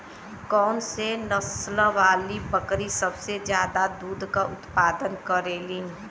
कौन से नसल वाली बकरी सबसे ज्यादा दूध क उतपादन करेली?